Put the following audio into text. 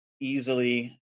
easily